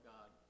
God